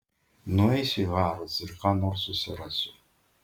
nueisiu į harrods ir ką nors susirasiu